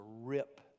rip